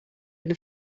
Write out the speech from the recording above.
been